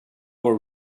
were